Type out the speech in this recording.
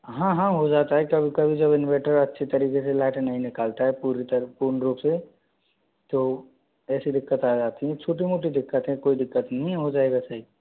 हाँ हाँ हो जाता है कभी कभी जब इनवर्टर अच्छी तरीके से लाइट नहीं निकालता है पूरी तरह पूर्ण रूप से तो ऐसी दिक्कत आ जाती है छोटी मोटी दिक्क्त है कोई दिक्कत नहीं है हो जायेगा सही